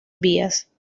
vías